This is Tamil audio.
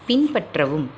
பின்பற்றவும்